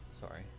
sorry